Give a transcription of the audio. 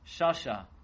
Shasha